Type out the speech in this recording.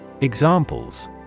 Examples